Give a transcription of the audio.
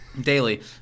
Daily